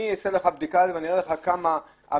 אני אעשה בדיקה ואראה לך עד כמה הבדיקות